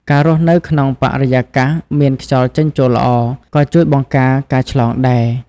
ការរស់នៅក្នុងបរិយាកាសមានខ្យល់ចេញចូលល្អ ក៏ជួយបង្ការការឆ្លងដែរ។